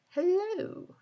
Hello